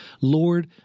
Lord